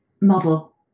model